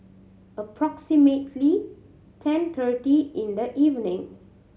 approximately ten thirty in the evening